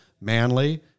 Manly